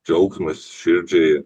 džiaugsmas širdžiai